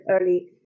early